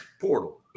portal